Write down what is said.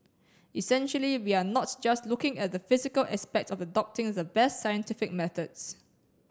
essentially we are not just looking at the physical aspect of adopting the best scientific methods